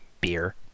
beer